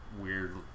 weird